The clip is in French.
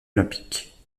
olympique